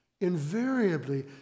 invariably